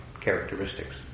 characteristics